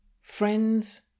friends